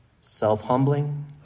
Self-humbling